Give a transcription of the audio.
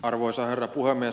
arvoisa herra puhemies